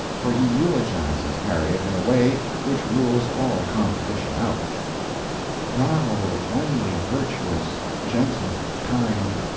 for he eulogizes harriet in a way which rules all competition out thou only virtuous, gentle, kind,